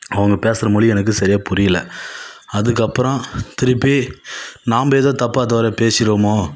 அவங்க பேசகிற மொழி எனக்கு சரியாக புரியல அதுக்கப்புறோம் திருப்பி நம்ப எதோ தப்பாக தவறாக பேசிருவோமோ